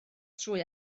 trwy